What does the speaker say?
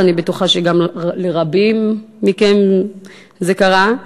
אני חושבת שגם לרבים מכם זה קרה,